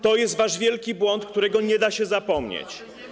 To jest wasz wielki błąd, którego nie da się zapomnieć.